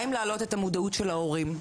מה עם העלאת מודעות ההורים?